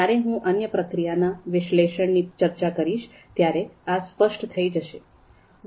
જ્યારે હું અન્ય પ્રકારના વિશ્લેષણની ચર્ચા કરીશ ત્યારે આ સ્પષ્ટ થઈ જશે